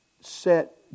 set